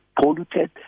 polluted